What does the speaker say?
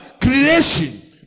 Creation